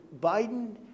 Biden